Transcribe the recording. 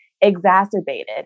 exacerbated